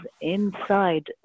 inside